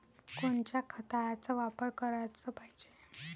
कोनच्या खताचा वापर कराच पायजे?